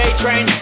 train